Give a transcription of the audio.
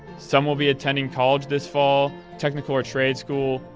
some will be attending college this fall, technical or trade school,